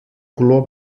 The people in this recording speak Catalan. color